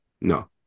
No